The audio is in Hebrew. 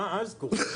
מה אז קורה?